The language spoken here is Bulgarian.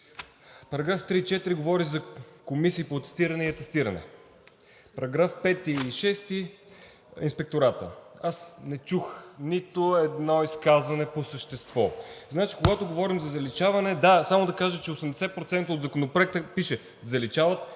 Параграфи 3 и 4 говорят за комисии по атестиране и атестиране. Параграфи 5 и 6 – Инспектората. Аз не чух нито едно изказване по същество. Значи, когато говорим за заличаване… Да, само да кажа, че в 80% от Законопроекта пише: „заличават“